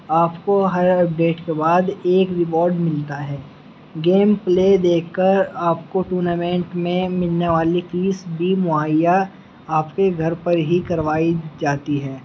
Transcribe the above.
آپ کو ہر اپڈیٹ کے بعد ایک ریوارڈ ملتا ہے گیم پلے دیکھ کر آپ کو ٹورنامنٹ میں ملنے والی فیس بھی مہیا آپ کے گھر پر ہی کروائی جاتی ہے